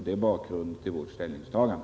Det är bakgrunden till vårt ställningstagande.